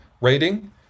rating